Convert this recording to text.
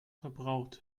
verbraucht